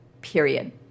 period